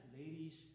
ladies